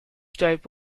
type